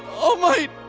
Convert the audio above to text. all might!